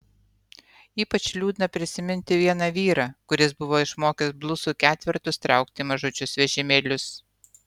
ypač liūdna prisiminti vieną vyrą kuris buvo išmokęs blusų ketvertus traukti mažučius vežimėlius